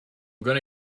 gonna